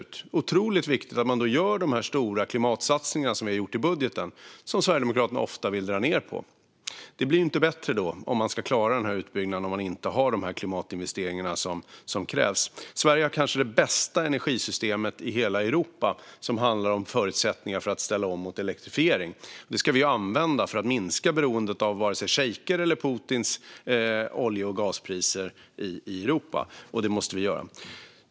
Det är då otroligt viktigt att man gör de stora klimatsatsningar som vi har gjort i budgeten och som Sverigedemokraterna ofta vill dra ned på. Om man ska klara den utbyggnaden blir det inte bättre om man inte har de klimatinvesteringar som krävs. Sverige har kanske det bästa energisystemet i hela Europa när det handlar om förutsättningar för att ställa om till elektrifiering. Det ska vi använda för att minska beroendet av såväl shejkers som Putins olje och gaspriser i Europa. Det måste vi göra.